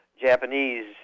Japanese